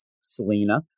Selena